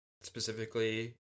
Specifically